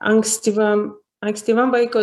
ankstyvam ankstyvam vaiko